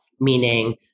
meaning